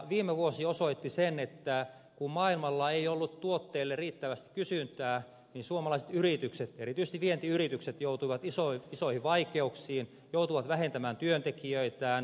viime vuosi osoitti sen että kun maailmalla ei ollut tuotteille riittävästi kysyntää niin suomalaiset yritykset erityisesti vientiyritykset joutuivat isoihin vaikeuksiin joutuivat vähentämään työntekijöitään